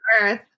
Earth